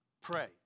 Pray